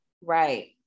Right